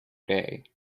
day